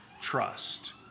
trust